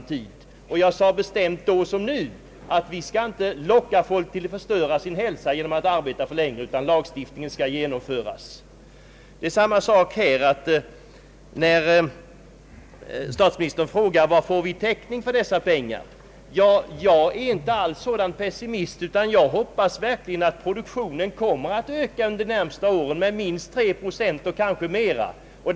Då som nu sade jag bestämt ifrån att vi inte skall locka folk att förstöra sin hälsa genom att arbeta för länge, utan lagstiftningen skall genomföras. Det är samma sak här nu när statsministern frågar varifrån vi skall få alla pengar som behövs för att genomföra en sänkt pensionsålder. Jag är inte alls pessimistisk utan hoppas verkligen att produktionen stiger med minst tre procent och kanske mera de närmaste åren.